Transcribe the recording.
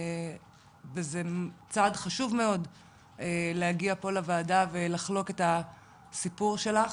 זה צעד חשוב מאוד להגיע פה לוועדה ולחלוק את הסיפור שלך,